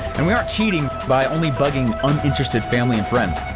and we aren't cheating by only bugging uninterested family and friends.